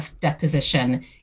deposition